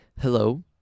hello